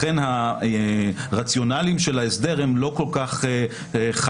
לכן הרציונלים של ההסדר לא כל כך חד-משמעיים.